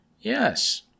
Yes